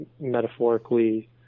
metaphorically